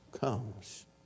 comes